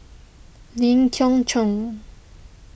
Lee Khoon Choy